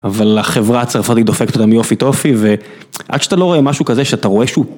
אבל החברה הצרפתית דופקת אותם יופי טופי ועד שאתה לא רואה משהו כזה שאתה רואה שהוא.